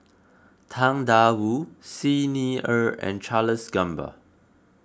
Tang Da Wu Xi Ni Er and Charles Gamba